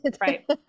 right